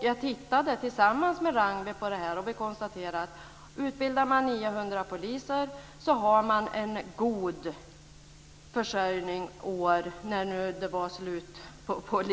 Jag har tillsammans med Ragnwi tittat på det här, och vi kom fram till att om man utbildar 900 poliser har man en god försörjning om några år.